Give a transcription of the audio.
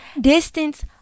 distance